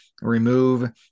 remove